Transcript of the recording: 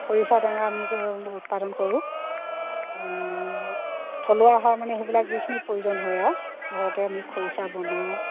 খৰিচা টেঙা আমি উৎপাদন কৰোঁ থলুৱা হয় মানে সেইবিলাক যিখিনি প্ৰয়োজন হয় আৰু ঘৰতে আমি খৰিচা বনাওঁ